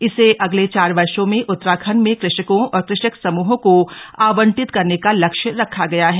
इसे अगले चार वर्षो में उत्तराखंड में कृषकों और कृषक समूहों को आवंटित करने का लक्ष्य रखा गया है